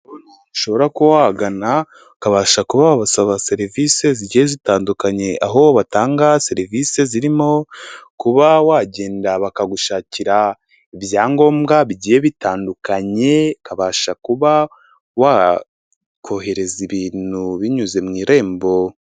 Ushobora kuba wabagana ukabasha kuba wabasaba serivisi zigiye zitandukanye aho batanga serivisi zirimo : kuba wagenda bakagushakira ibyangombwa bigiye bitandukanye , ukabasha kuba wakohereza ibintu binyuze mu irembo.